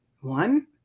one